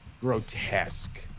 grotesque